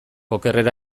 okerrera